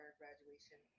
graduation